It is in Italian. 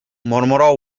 mormorò